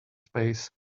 space